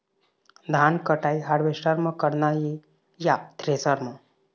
धान कटाई हारवेस्टर म करना ये या थ्रेसर म?